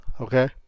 Okay